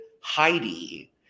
heidi